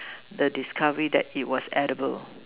the discovery that it was edible